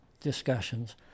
discussions